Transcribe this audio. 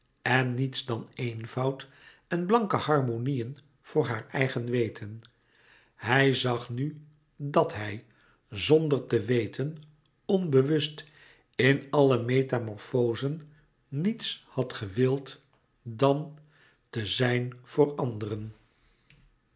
en niets dan eenvoud en blanke harmonieën voor haar eigen weten hij zag nu dat hij zonder te weten onbewust in alle metamorfozen niets had gewild dan en